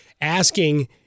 asking